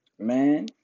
man